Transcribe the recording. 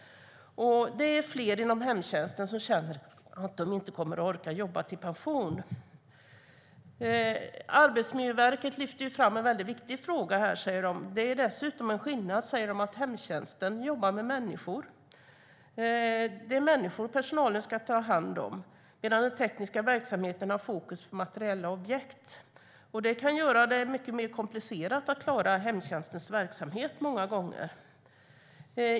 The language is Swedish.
Det är fler inom hemtjänsten som känner att de inte kommer att orka jobba till pensionen. Arbetsmiljöverket lyfter fram en viktig fråga när de säger att det dessutom finns en skillnad: Hemtjänsten jobbar med människor. Det är människor som personalen ska ta hand om, medan den tekniska verksamheten har fokus på materiella objekt. Det kan många gånger göra det mycket mer komplicerat att klara hemtjänstens verksamhet.